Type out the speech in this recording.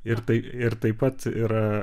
ir tai ir taip pat yra